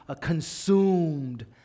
consumed